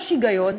יש היגיון,